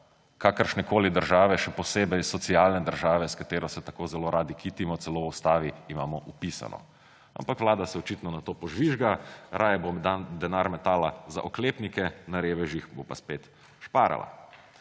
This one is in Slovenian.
kakršnekoli države, še posebej socialne države, s katero se tako zelo radi kitimo, celo v ustavi imamo vpisano. Ampak Vlada se očitno na to požvižga. Raje bo denar metala za oklepnike, na revežih bo pa spet šparala.